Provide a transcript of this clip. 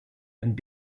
and